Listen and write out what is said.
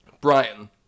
Brian